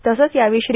तसंच यावेळी श्री